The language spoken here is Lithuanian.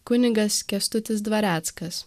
kunigas kęstutis dvareckas